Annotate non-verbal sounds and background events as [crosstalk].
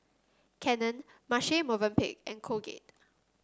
Canon Marche [noise] Movenpick and Colgate